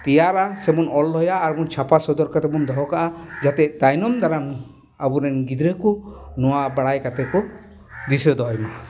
ᱛᱮᱭᱟᱨᱟ ᱥᱮᱵᱚᱱ ᱚᱞ ᱫᱚᱦᱚᱭᱟ ᱟᱨᱵᱚᱱ ᱪᱷᱟᱯᱟ ᱥᱚᱫᱚᱨ ᱠᱟᱛᱮᱫ ᱵᱚᱱ ᱫᱚᱦᱚ ᱠᱟᱜᱼᱟ ᱡᱟᱛᱮ ᱛᱟᱭᱚᱢ ᱫᱟᱨᱟᱢ ᱟᱵᱚᱨᱮᱱ ᱜᱤᱫᱽᱨᱟᱹ ᱠᱚ ᱱᱚᱣᱟ ᱵᱟᱲᱟᱭ ᱠᱟᱛᱮᱫ ᱠᱚ ᱫᱤᱥᱟᱹ ᱫᱚᱦᱚᱭ ᱢᱟ